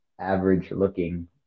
average-looking